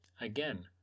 Again